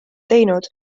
teinud